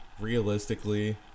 realistically